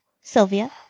Sylvia